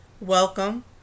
welcome